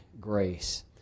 grace